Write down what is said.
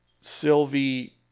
Sylvie